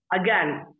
again